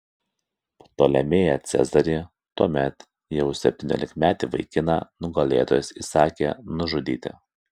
ptolemėją cezarį tuomet jau septyniolikmetį vaikiną nugalėtojas įsakė nužudyti